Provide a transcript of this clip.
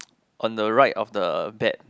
on the right of the bed